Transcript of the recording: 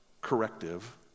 corrective